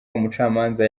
umucamanza